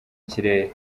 kirere